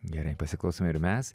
gerai pasiklausome ir mes